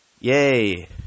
Yay